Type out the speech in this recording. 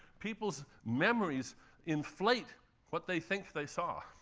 people's memories inflate what they think they saw.